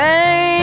Hey